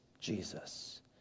Jesus